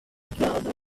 chiodo